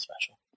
special